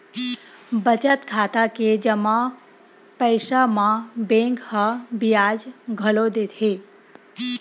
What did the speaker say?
बचत खाता के जमा पइसा म बेंक ह बियाज घलो देथे